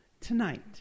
tonight